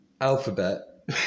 alphabet